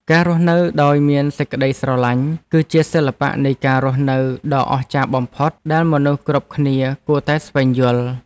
ការរស់នៅដោយមានសេចក្តីស្រឡាញ់ គឺជាសិល្បៈនៃការរស់នៅដ៏អស្ចារ្យបំផុតដែលមនុស្សគ្រប់គ្នាគួរតែស្វែងយល់។